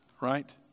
right